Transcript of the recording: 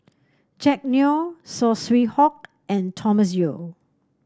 Jack Neo Saw Swee Hock and Thomas Yeo